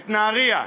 את נהריה,